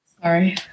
Sorry